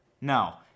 No